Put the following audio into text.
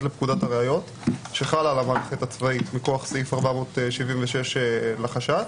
לפקודת הראיות שחלה על המערכת הצבאית מכוח סעיף 476 לחש"ץ,